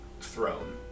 throne